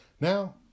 Now